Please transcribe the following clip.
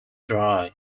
dry